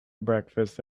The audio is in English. breakfast